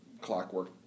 clockwork